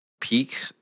peak